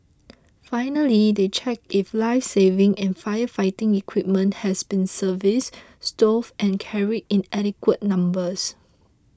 finally they check if lifesaving and firefighting equipment has been serviced stowed and carried in adequate numbers